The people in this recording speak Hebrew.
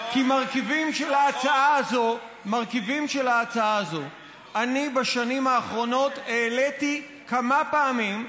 כי מרכיבים של ההצעה הזאת אני בשנים האחרונות העליתי כמה פעמים,